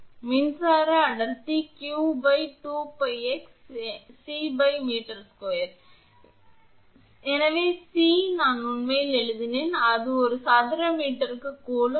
எனவே மின்சார பாய்வு அடர்த்தி 𝑞 2𝜋𝑥 Cm2 இது சி நான் உண்மையில் எழுதினேன் அது ஒரு சதுர மீட்டருக்கு கூலோம்ப்